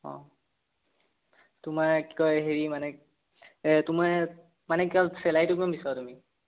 অঁ তোমাৰ কি কয় হেৰি মানে তোমাৰ মানে কি হ'ল চেলাৰীটো কিমান বিচৰা তুমি